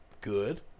good